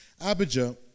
Abijah